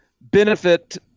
benefit